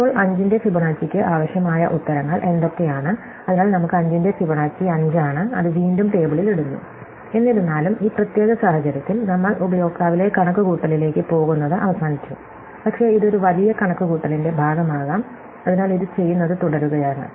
ഇപ്പോൾ 5 ന്റെ ഫിബൊനാച്ചിക്ക് ആവശ്യമായ ഉത്തരങ്ങൾ എന്തൊക്കെയാണ് അതിനാൽ നമുക്ക് 5 ന്റെ ഫിബൊനാച്ചി 5 ആണ് അത് വീണ്ടും ടേബിളിൽ ഇടുന്നു എന്നിരുന്നാലും ഈ പ്രത്യേക സാഹചര്യത്തിൽ നമ്മൾ ഉപയോക്താവിലെ കണക്കുകൂട്ടലിലേക്ക് പോകുന്നത് അവസാനിച്ചു പക്ഷേ ഇത് ഒരു വലിയ കണക്കുകൂട്ടലിന്റെ ഭാഗമാകാം അതിനാൽ ഇത് ചെയ്യുന്നത് തുടരുകയാണ്